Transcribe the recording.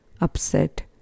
upset